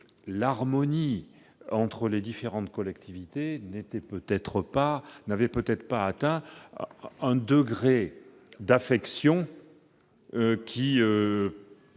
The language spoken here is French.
l'harmonie entre les différentes collectivités n'avait peut-être pas atteint un degré d'affection